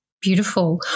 beautiful